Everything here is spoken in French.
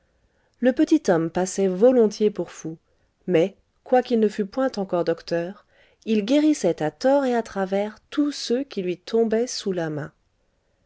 le petit homme passait volontiers pour fou mais quoiqu'il ne fût point encore docteur il guérissait à tort et à travers tous ceux qui lui tombaient sous la main